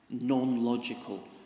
non-logical